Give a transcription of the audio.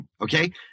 Okay